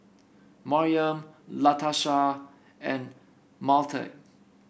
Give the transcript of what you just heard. Maryam Latasha and Mathilde